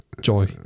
joy